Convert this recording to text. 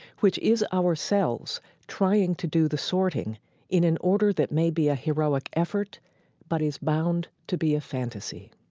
which is ourselves trying to do the sorting in an order that may be a heroic effort but is bound to be a fantasy